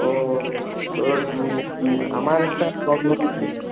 ও তো আমার একটা প্রবলেম হয়েছে